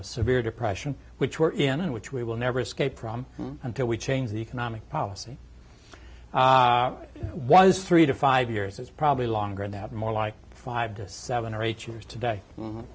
a severe depression which were in which we will never escape from until we change the economic policy was three to five years is probably longer than that more like five to seven or eight years today